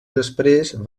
després